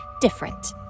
different